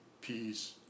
peace